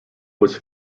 was